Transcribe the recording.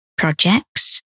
projects